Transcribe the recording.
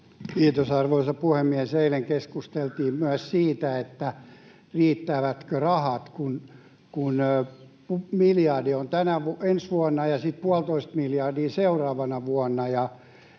Kiitos, arvoisa puhemies! Eilen keskusteltiin myös siitä, riittävätkö rahat, kun miljardi on ensi vuonna ja sitten puolitoista miljardia seuraavana vuonna.